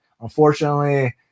unfortunately